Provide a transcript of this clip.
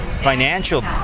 financial